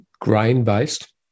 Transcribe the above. grain-based